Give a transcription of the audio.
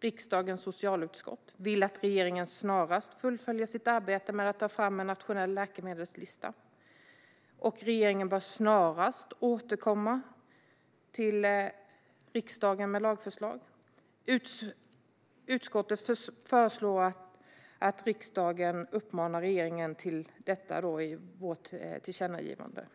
riksdagens socialutskott vill som sagt att regeringen snarast fullföljer sitt arbete med att ta fram en nationell läkemedelslista. Regeringen bör också snarast återkomma med ett lagförslag till riksdagen. Utskottet föreslår att riksdagen uppmanar regeringen till det i ett tillkännagivande.